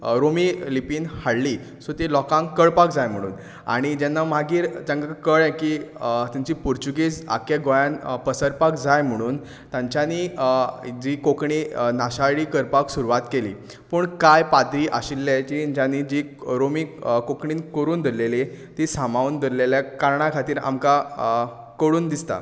रोमी लिपीन हाडली सो ती लोकांक कळपाक जाय म्हणून आनी मागीर जेन्ना तांकां कळ्ळें की तांची पोर्तुगीज आख्ख्या गोंयान पसरपाक जाय म्हणून तांच्यानी जी कोंकणी नाशाडी करपाक सुरवात केली पूण काय पाद्री आशिल्ले जेच्यांनी रोमी कोंकणीन करून दवरिल्ली ती सांबाळून दवरिल्या कारणां खातीर आमकां कळून दिसतां